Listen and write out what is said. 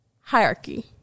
hierarchy